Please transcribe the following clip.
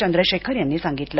चंद्रशेखर यांनी सांगितलं